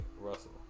russell